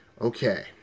Okay